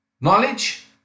knowledge